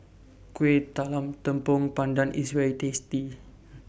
Kuih Talam Tepong Pandan IS very tasty